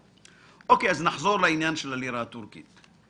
אוקי, אז נחזור לעניין של הלירה הטורקית.